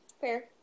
Fair